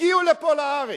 הגיעו לפה לארץ,